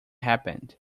happened